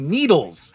Needles